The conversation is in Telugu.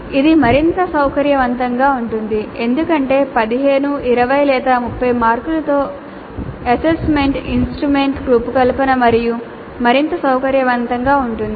ఇది మరింత సౌకర్యవంతంగా ఉంటుంది ఎందుకంటే 15 20 లేదా 30 మార్కులతో అసెస్మెంట్ ఇన్స్ట్రుమెంట్ రూపకల్పన మరింత సౌకర్యవంతంగా ఉంటుంది